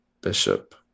bishop